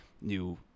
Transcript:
new